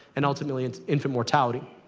and ultimately, and infant mortality.